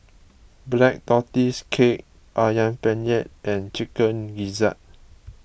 Black Tortoise Cake Ayam Penyet and Chicken Gizzard